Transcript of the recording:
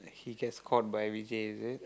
he gets caught by Vijay is it